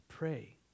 pray